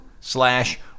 slash